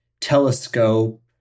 telescope